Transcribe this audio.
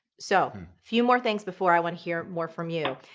so, few more things before i want to hear more from you.